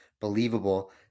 believable